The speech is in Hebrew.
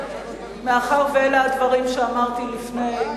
מאחר שאלה הדברים שאמרתי לפני,